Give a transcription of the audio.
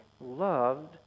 loved